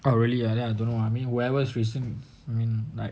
oh really ah then I don't know what I mean whoever is raising I mean like